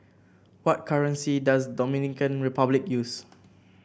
what currency does Dominican Republic use